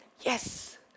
yes